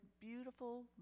beautiful